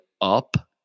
up